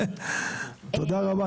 תודה רבה,